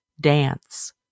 Dance